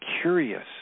curious